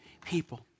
people